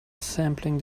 assembling